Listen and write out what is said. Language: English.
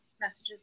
messages